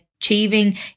achieving